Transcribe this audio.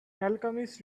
alchemist